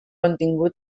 contingut